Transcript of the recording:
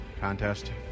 contest